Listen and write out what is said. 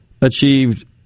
achieved